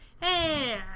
Hey